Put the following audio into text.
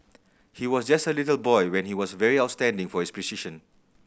he was just a little boy when he was very outstanding for his precision